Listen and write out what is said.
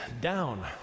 down